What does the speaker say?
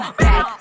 back